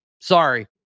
Sorry